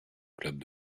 club